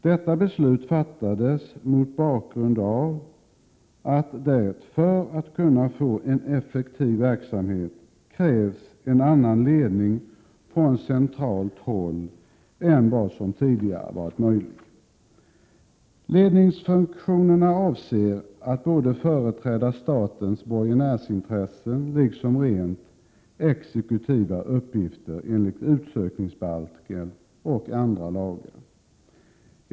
Detta beslut fattades mot bakgrund av att det — för att kunna få en effektiv verksamhet — krävs en annan ledning från centralt håll än vad som tidigare varit möjligt. Ledningsfunktionerna avser både att företräda statens borgenärsintressen och rent exekutiva uppgifter enligt utsökningsbalken och andra lagar.